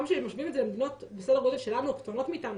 גם כשמשווים את זה למדינות בסדר גודל שלנו או קטנות מאיתנו